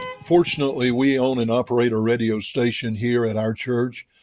fortunately, we own and operate a radio station here at our church.